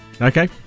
Okay